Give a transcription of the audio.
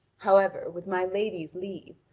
however, with my lady's leave,